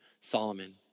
Solomon